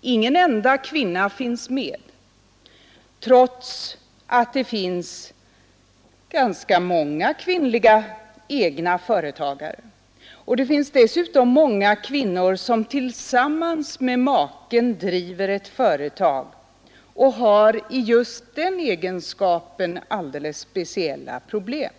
Ingen enda kvinna finns med, trots att vi har ganska många kvinnliga egna företagare och dessutom många kvinnor som tillsammans med maken driver ett företag och i just den egenskapen har alldeles speciella problem.